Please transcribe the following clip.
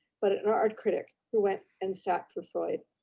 but an art critic who went and sat for freud.